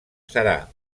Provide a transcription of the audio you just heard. serà